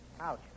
Ouch